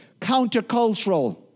countercultural